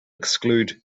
exclude